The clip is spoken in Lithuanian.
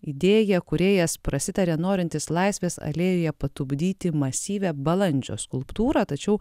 idėja kūrėjas prasitarė norintis laisvės alėjoje patupdyti masyvią balandžio skulptūrą tačiau